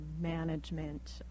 management